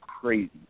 crazy